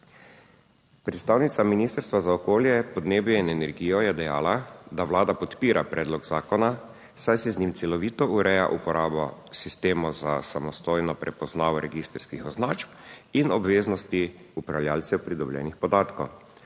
Predstavnica Ministrstva za okolje, podnebje in energijo je dejala, da Vlada podpira predlog zakona, saj se z njim celovito ureja uporabo sistemov za samostojno prepoznavo registrskih označb in obveznosti upravljavcev pridobljenih podatkov.